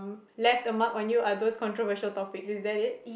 left the mark on you are those controversial topics is that it